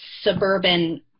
suburban